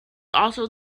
also